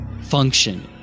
function